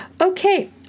Okay